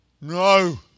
No